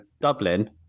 Dublin